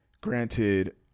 granted